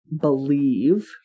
believe